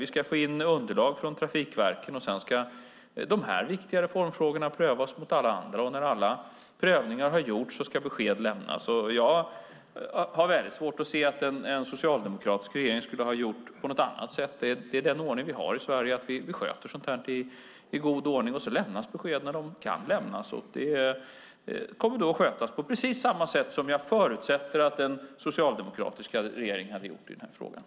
Vi ska få in underlag från trafikverken, och sedan ska de här viktiga reformfrågorna prövas mot alla andra. När så alla prövningar har gjorts ska besked lämnas. Jag har väldigt svårt att se att en socialdemokratisk regering skulle ha gjort på något annat sätt. Det är den ordning vi har i Sverige: Vi sköter sådant här i god ordning, och så lämnas besked när de kan lämnas. Detta kommer att skötas på precis samma sätt som jag förutsätter att en socialdemokratisk regering skulle ha gjort.